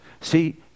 See